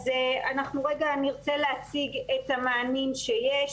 אז אנחנו רגע נרצה להציג את המענים שיש,